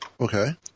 Okay